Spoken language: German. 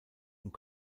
und